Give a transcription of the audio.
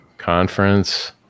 conference